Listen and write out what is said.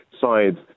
side